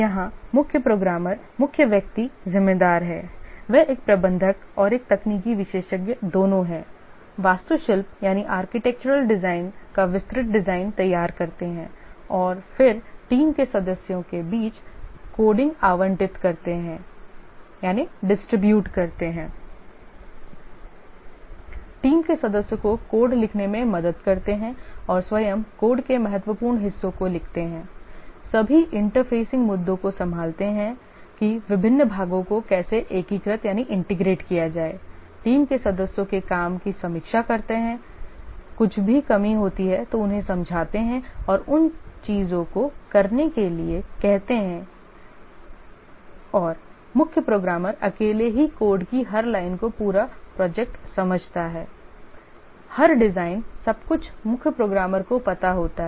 यहां मुख्य प्रोग्रामर मुख्य व्यक्ति जिम्मेदार है वह एक प्रबंधक और एक तकनीकी विशेषज्ञ दोनों हैं वास्तुशिल्प डिज़ाइन का विस्तृत डिजाइन तैयार करते हैं और फिर टीम के सदस्यों के बीच कोडिंग आवंटित करते हैं टीम के सदस्यों को कोड लिखने में मदद करते हैं और स्वयं कोड के महत्वपूर्ण हिस्सों को लिखते हैं सभी इंटरफेसिंग मुद्दों को संभालते हैं कि विभिन्न भागों को कैसे एकीकृत किया जाए टीम के सदस्यों के काम की समीक्षा करते हैकुछ भी कमी होती है तो उन्हें समझाते है और उन चीजों को करने के लिए कहते है और मुख्य प्रोग्रामर अकेले ही कोड की हर लाइन को पूरा प्रोजेक्ट समझता है हर डिजाइन सब कुछ मुख्य प्रोग्रामर को पता होता है